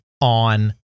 on